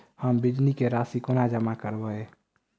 हम बिजली कऽ राशि कोना जमा करबै?